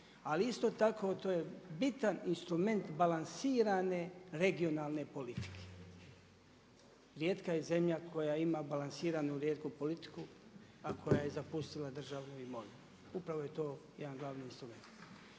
ali isto tako to je bitan instrument balansirane regionalne politike. Rijetka je zemlja koja ima balansiranu rijetku politiku, a koja je zapustila državnu imovinu. Upravo je to jedan glavni instrument.